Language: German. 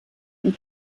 und